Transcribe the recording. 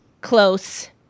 close